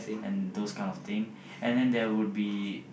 and those kind of thing and then there will be